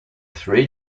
three